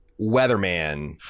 weatherman